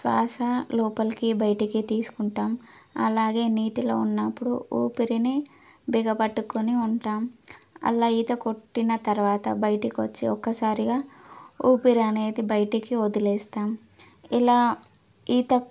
శ్వాస లోపలికి బయటికి తీసుకుంటాం అలాగే నీటిలో ఉన్నప్పుడు ఊపిరిని బిగపట్టుకొని ఉంటాం అలా ఈత కొట్టిన తర్వాత బయటికి వచ్చి ఒక్కసారిగా ఊపిరి అనేది బయటికి వదిలేస్తాం ఇలా ఈత